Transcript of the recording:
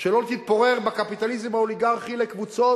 שלא תתפורר בקפיטליזם האוליגרכי לקבוצות